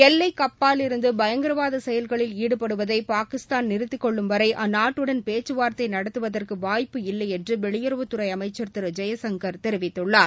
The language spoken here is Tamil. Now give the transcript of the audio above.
எல்லைக்கப்பாலிலிருந்து பயங்கரவாத செயல்களில் ஈடுவடுவதை பாகிஸ்தான் நிறுத்திக் கொள்ளும் வரை அந்நாட்டுடன் பேச்சவார்த்தை நடத்துவதற்கு வாய்ப்பு இல்லை என்று வெளியுறவுத்துறை அமைச்ச் திரு ஜெயசங்கர் தெரிவித்துள்ளார்